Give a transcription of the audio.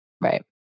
right